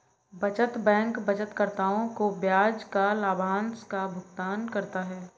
बचत बैंक बचतकर्ताओं को ब्याज या लाभांश का भुगतान करता है